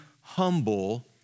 humble